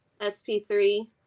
SP3